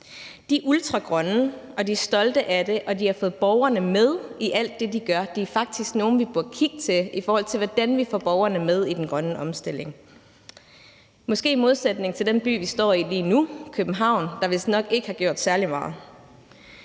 De er ultragrønne, og de er stolte af det, og de har fået borgerne med i alt det, de gør. De er faktisk nogle, vi burde kigge til, i forhold til hvordan vi får borgerne med i den grønne omstilling – måske i modsætning til den by, vi står i lige nu, København, der vistnok ikke har gjort særlig meget.